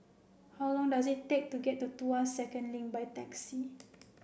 how long does it take to get to Tuas Second Link by taxi